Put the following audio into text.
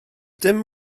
dim